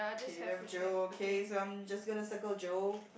K left Joe okay so I'm just gonna circle Joe